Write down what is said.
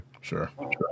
Sure